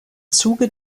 zuge